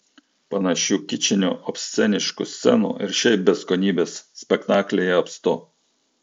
panašių kičinių obsceniškų scenų ir šiaip beskonybės spektaklyje apstu